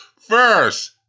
First